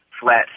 flat